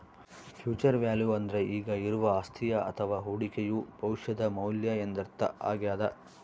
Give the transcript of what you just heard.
future value ಅಂದ್ರೆ ಈಗ ಇರುವ ಅಸ್ತಿಯ ಅಥವ ಹೂಡಿಕೆಯು ಭವಿಷ್ಯದ ಮೌಲ್ಯ ಎಂದರ್ಥ ಆಗ್ಯಾದ